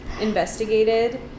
investigated